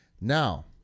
Now